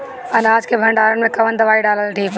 अनाज के भंडारन मैं कवन दवाई डालल ठीक रही?